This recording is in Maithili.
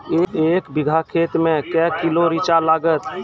एक बीघा खेत मे के किलो रिचा लागत?